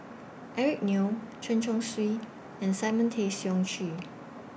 Eric Neo Chen Chong Swee and Simon Tay Seong Chee